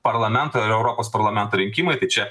parlamento ir europos parlamento rinkimai tai čia